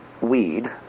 weed